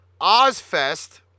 OzFest